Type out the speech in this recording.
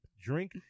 Drink